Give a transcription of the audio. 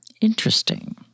Interesting